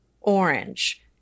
orange